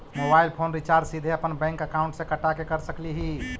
Mobile phone recharge सीधे अपन bank account से कटा के कर सकली ही?